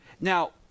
Now